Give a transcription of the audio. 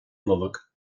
nollag